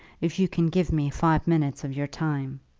if you can give me five minutes of your time.